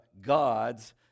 gods